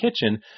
kitchen